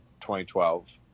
2012